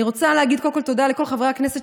אני רוצה להגיד קודם כול תודה לכל חברי הכנסת